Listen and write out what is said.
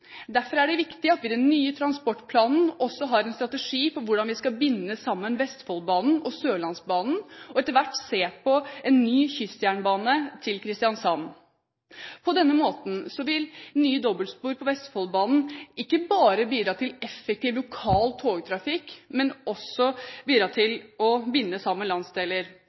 Derfor er det viktig at vi i den nye transportplanen også har en strategi for hvordan vi skal binde sammen Vestfoldbanen og Sørlandsbanen, og etter hvert se på en ny kystjernbane til Kristiansand. På denne måten vil nye dobbeltspor på Vestfoldbanen ikke bare bidra til effektiv lokal togtrafikk, men også bidra til å binde sammen landsdeler.